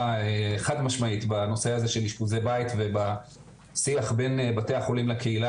חד משמעית בנושא הזה של אשפוז בית ובשיח בין בתי החולים לקהילה